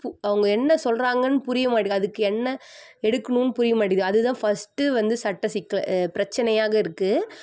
அவங்க என்ன சொல்கிறாங்கன்னு புரிய மாட்டேங்கிது அதுக்கு என்ன எடுக்கணும்னு புரிய மாட்டேங்கிது அதுதான் ஃபஸ்ட்டு வந்து சட்டச்சிக்கல் பிரச்சனையாக இருக்குது